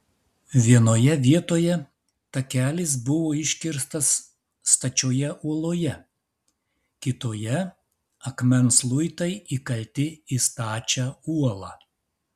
vienoje vietoje takelis buvo iškirstas stačioje uoloje kitoje akmens luitai įkalti į stačią uolą